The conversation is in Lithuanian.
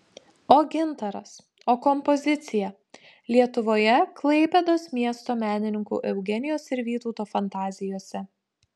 o gintaras o kompozicija lietuvoje klaipėdos miesto menininkų eugenijos ir vytauto fantazijose